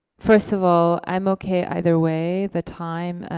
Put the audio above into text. first of all, i'm okay either way the time.